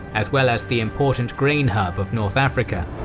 as well as the important grain hub of north africa.